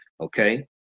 Okay